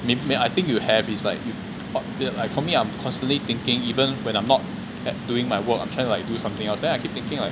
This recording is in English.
may~ maybe I think you have it's like you uh uh like for me I'm constantly thinking even when I'm not doing my work I'm like trying to do something else then I keep thinking like